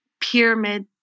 pyramid